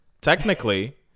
Technically